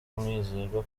umwizerwa